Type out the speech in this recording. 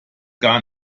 gar